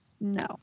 no